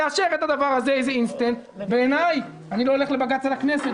אני לא אלך לבג"ץ על הכנסת,